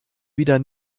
wieder